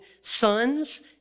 sons